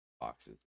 boxes